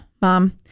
Mom